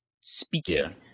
speaking